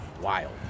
wild